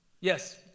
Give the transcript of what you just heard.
Yes